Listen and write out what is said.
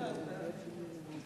1